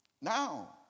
Now